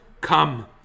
Come